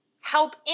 help